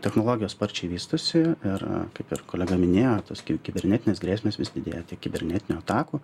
technologijos sparčiai vystosi ir kaip ir kolega minėjo tas kibernetinės grėsmes vis didėja tai kibernetinių atakų